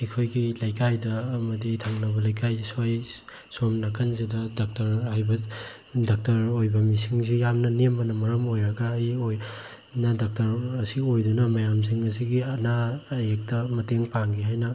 ꯑꯩꯈꯣꯏꯒꯤ ꯂꯩꯀꯥꯏꯗ ꯑꯃꯗꯤ ꯊꯪꯅꯕ ꯂꯩꯀꯥꯏ ꯁ꯭ꯋꯥꯏ ꯁꯣꯝ ꯅꯥꯀꯟꯁꯤꯗ ꯗꯥꯛꯇꯔ ꯍꯥꯏꯕ ꯗꯥꯛꯇꯔ ꯑꯣꯏꯕ ꯃꯤꯁꯤꯡꯁꯤ ꯌꯥꯝꯅ ꯅꯦꯝꯕꯅ ꯃꯔꯝ ꯑꯣꯏꯔꯒ ꯑꯩ ꯑꯣꯏꯅ ꯗꯥꯛꯇꯔ ꯑꯁꯤ ꯑꯣꯏꯗꯨꯅ ꯃꯌꯥꯝꯁꯤꯡ ꯑꯁꯤꯒꯤ ꯑꯅꯥ ꯑꯌꯦꯛꯇ ꯃꯇꯦꯡ ꯄꯥꯡꯒꯦ ꯍꯥꯏꯅ